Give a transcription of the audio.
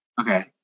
Okay